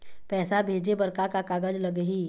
पैसा भेजे बर का का कागज लगही?